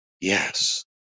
Yes